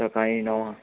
सकाळीं णवां